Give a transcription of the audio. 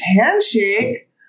handshake